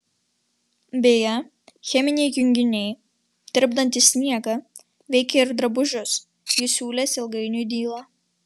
beje cheminiai junginiai tirpdantys sniegą veikia ir drabužius jų siūlės ilgainiui dyla